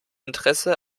interesse